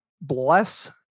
bless